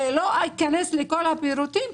אני לא אכנס לכל הפירוטים,